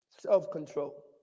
self-control